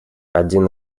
один